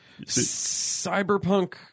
Cyberpunk